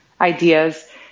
ideas